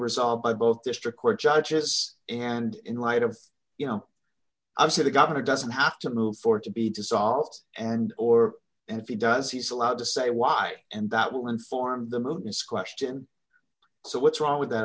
resolved by both district court judges and in light of you know i've said the governor doesn't have to move for to be dissolved and or if he does he's allowed to say why and that will inform the movement's question so what's wrong with that